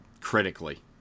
critically